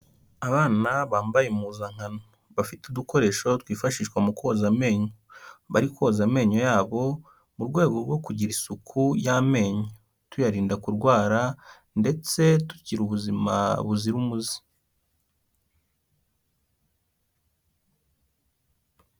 Abana bambaye impuzankano bafite udukoresho twifashishwa mu koza amenyo. Bari koza amenyo yabo mu rwego rwo kugira isuku y'amenyo, tuyarinda kurwara ndetse tugira ubuzima buzira umuze.